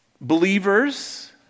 believers